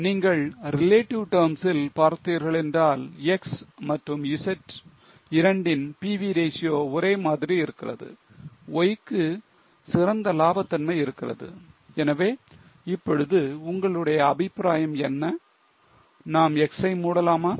நீங்கள் relative terms ல் பார்த்தீர்கள் என்றால் X மற்றும் Z இரண்டின் PV ratio ஒரே மாதிரி இருக்கிறது Y க்கு சிறந்த லாப தன்மை இருக்கிறது எனவே இப்பொழுது உங்களுடைய அபிப்பிராயம் என்ன நாம் X ஐ மூடலாமா